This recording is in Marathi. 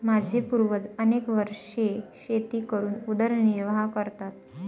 माझे पूर्वज अनेक वर्षे शेती करून उदरनिर्वाह करतात